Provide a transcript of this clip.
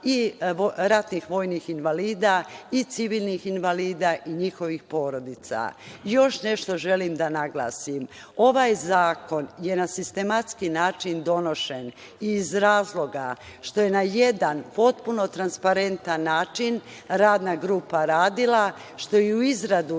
i ratnih vojnih invalida i civilnih invalida i njihovih porodica. Još nešto želim da naglasim. Ovaj zakon je na sistematski način donošen iz razloga što je na jedan potpuno transparentan način radna grupa radila, što je u izradu